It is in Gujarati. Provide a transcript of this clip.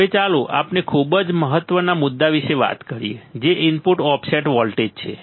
હવે ચાલો આપણે ખૂબ જ મહત્વના મુદ્દા વિશે વાત કરીએ જે ઇનપુટ ઓફસેટ વોલ્ટેજ છે